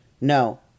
no